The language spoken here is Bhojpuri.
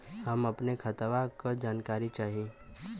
हम अपने खतवा क जानकारी चाही?